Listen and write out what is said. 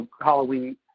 Halloween